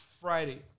Friday